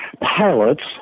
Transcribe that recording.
pilots